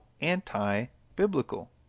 anti-biblical